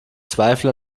zweifel